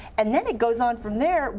and then it goes on from there.